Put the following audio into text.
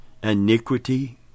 iniquity